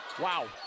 Wow